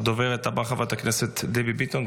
הדוברת הבאה, חברת הכנסת דבי ביטון.